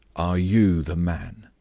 are you the man?